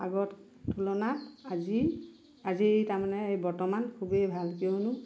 আগৰ তুলনাত আজি আজি এই তাৰমানে বৰ্তমান খুবেই ভাল কিয়নো